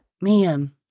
Man